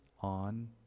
on